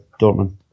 Dortmund